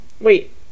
Wait